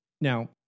Now